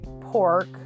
pork